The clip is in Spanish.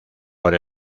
por